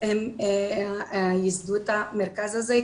הם ייסדו את המרכז הזה,